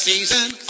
season